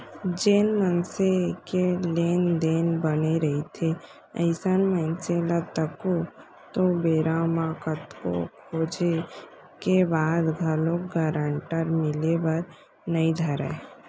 जेन मनसे के लेन देन बने रहिथे अइसन मनसे ल तको तो बेरा म कतको खोजें के बाद घलोक गारंटर मिले बर नइ धरय